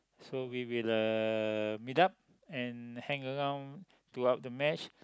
so we will uh meet up and hang around throughout the match